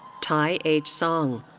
tae h. song.